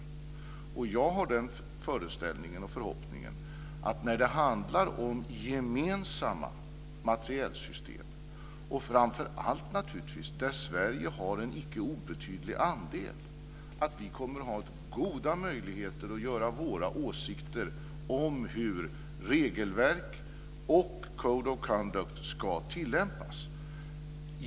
Jag har den föreställningen och förhoppningen att när det handlar om gemensamma materielsystem - och där har Sverige naturligtvis har en icke obetydlig andel - kommer vi att ha goda möjligheter att göra våra åsikter hörda om hur regelverk och Code of conduct ska tillämpas.